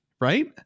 right